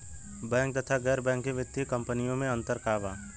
Bank तथा गैर banking वित्तीय कम्पनीयो मे अन्तर का बा?